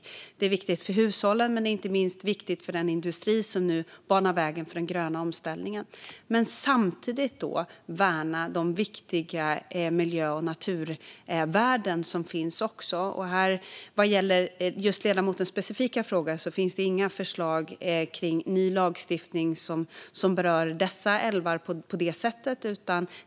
Detta är viktigt för hushållen och inte minst för den industri som nu banar väg för den gröna omställningen. Det handlar dock samtidigt om att värna de viktiga miljö och naturvärden som finns. Vad gäller ledamotens specifika fråga finns det inga förslag till ny lagstiftning som berör dessa älvar på det sättet.